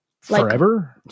forever